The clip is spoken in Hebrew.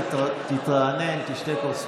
תודה.